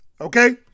Okay